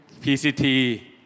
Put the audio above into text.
PCT